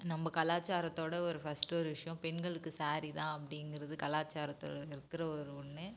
நம்ம கலாச்சரத்தோடய ஒரு ஃபஸ்ட்டு ஒரு விஷயம் பெண்களுக்கு சாரீ தான் அப்படிங்கறது கலாச்சாரத்தில் இருக்கிற ஒரு ஒன்று